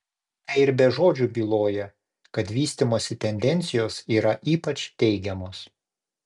tai ir be žodžių byloja kad vystymosi tendencijos yra ypač teigiamos